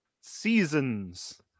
seasons